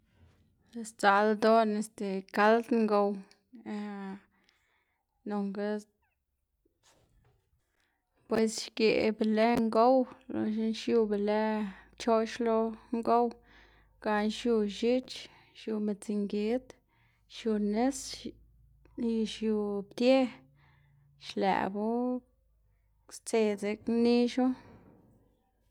Sdzaꞌl ldoꞌná este kald ngow nonga pues xgeꞌ be lë ngow loxna xiu be lë pchoꞌx lo ngow gana xiu x̱ich, xiu midz ngid, xiu nis y xiu ptie xlëꞌbu stse dzekna nixu.